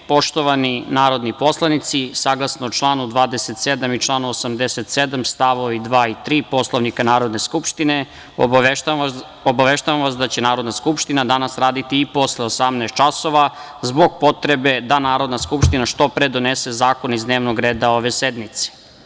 Poštovani narodni poslanici, saglasno članu 27. i članu 87. st. 2. i 3. Poslovnika Narodne skupštine, obaveštavam vas da će Narodna skupština danas raditi i posle 18.00 časova, zbog potrebe da Narodna skupština što pre donese zakone iz dnevnog reda ove sednice.